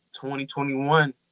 2021